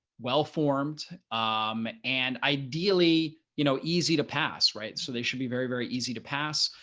well formed um and ideally, you know, easy to pass, right? so they should be very, very easy to pass.